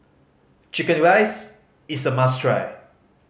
chicken rice is a must try